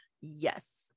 yes